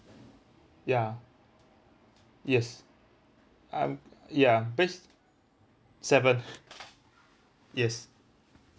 ya yes um ya base seven yes